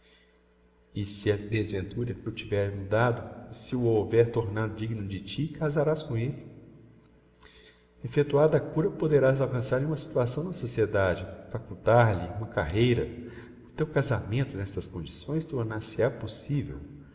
a desventura o tiver mudado se o houver tornado digno de ti casarás com elle effectuada a cura poderás alcançar lhe uma situação na sociedade facultar lhe uma carreira o teu casamento n'estas condições tornar se ha possivel